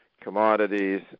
commodities